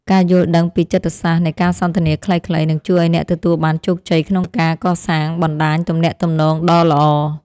ការយល់ដឹងពីចិត្តសាស្ត្រនៃការសន្ទនាខ្លីៗនឹងជួយឱ្យអ្នកទទួលបានជោគជ័យក្នុងការកសាងបណ្ដាញទំនាក់ទំនងដ៏ល្អ។